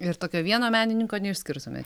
ir tokio vieno menininko neišskirtumėt čia